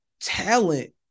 talent